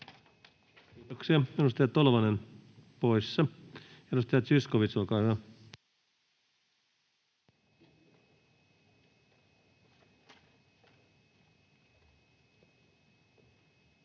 Kiitoksia. — Edustaja Tolvanen poissa. — Edustaja Zyskowicz, olkaa hyvä.